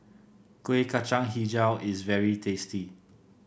Kuih Kacang hijau is very tasty